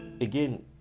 again